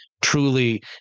truly